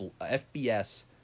FBS